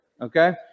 Okay